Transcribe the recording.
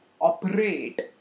operate